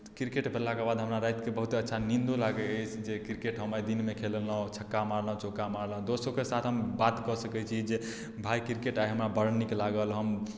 cricket भेलाके बाद हमरा रातिकेँ बहुत अच्छा नीन्दो लागैत अछि जे क्रिकेट हम आइ दिनमे खेलेलहुँ आ छक्का मारलहुँ चौका मारलहुँ दोस्तसभके साथ हम बात कऽ सकैत छी जे भाइ आइ क्रिकेट हमरा बड़ नीक लागल हम